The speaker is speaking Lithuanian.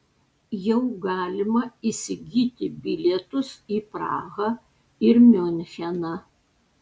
jau galima įsigyti bilietus į prahą ir miuncheną